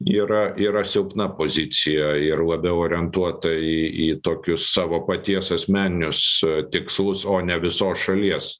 yra yra silpna pozicija ir labiau orientuota į į tokius savo paties asmeninius tikslus o ne visos šalies